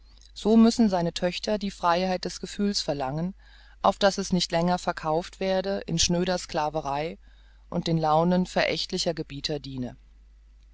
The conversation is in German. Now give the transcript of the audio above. so müssen seine töchter die freiheit des gefühls verlangen auf daß es nicht länger verkauft werde in schnöder sclaverei und den launen verächtlicher gebieter diene